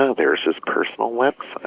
so there's his personal website.